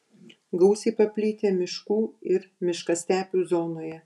gausiai paplitę miškų ir miškastepių zonoje